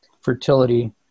fertility